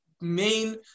main